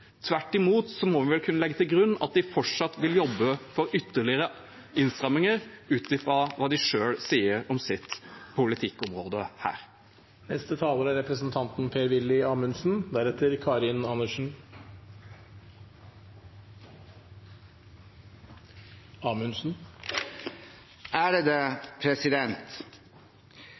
Tvert imot – vi må vel kunne legge til grunn at de fortsatt vil jobbe for ytterligere innstramminger, ut fra hva de selv sier om sitt politikkområde her. Det er